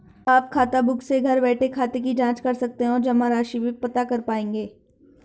आप खाताबुक से घर बैठे खाते की जांच कर सकते हैं और जमा राशि भी पता कर पाएंगे